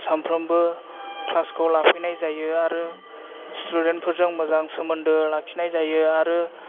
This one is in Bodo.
सामफ्रामबो क्लासखौ लाफैनाय जायो आरो स्थुदेन्तफोरजों मोजां सोमोन्दो लाखिनाय जायो आरो